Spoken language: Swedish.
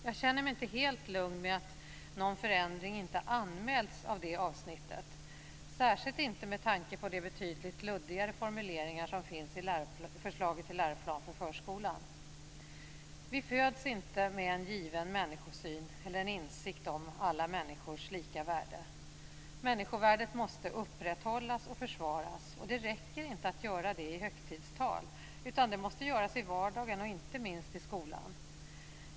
Jag känner mig inte helt lugn med att någon förändring inte anmälts av det avsnittet, särskilt inte med tanke på de betydligt luddigare formuleringar som finns i förslaget till läroplan för förskolan. Vi föds inte med en given människosyn eller en insikt om alla människors lika värde. Människovärdet måste upprätthållas och försvaras, och det räcker inte att göra det i högtidstal, utan det måste göras i vardagen och inte minst i skolan.